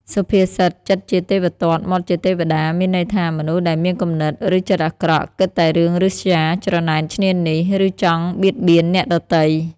សុភាសិត "ចិត្តជាទេវទត្ត មាត់ជាទេវតា" មានន័យថា មនុស្សដែលមានគំនិត ឬចិត្តអាក្រក់ គិតតែរឿងឫស្យា ច្រណែនឈ្នានីស ឬចង់បៀតបៀនអ្នកដទៃ។